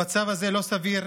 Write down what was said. המצב הזה לא סביר.